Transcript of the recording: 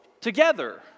together